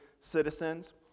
citizens